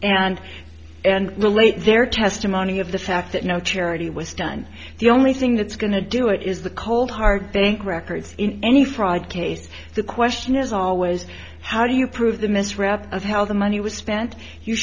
and and lay their testimony of the fact that no charity was done the only thing that's going to do it is the cold hard bank records in any fraud case the question is always how do you prove the misread of how the money was spent you